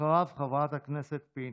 אחריו, חברת הכנסת פינטו.